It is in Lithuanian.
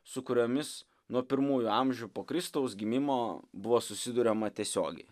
su kuriomis nuo pirmųjų amžių po kristaus gimimo buvo susiduriama tiesiogiai